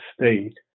state